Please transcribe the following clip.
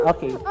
Okay